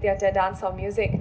theatre dance or music